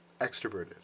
extroverted